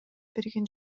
берген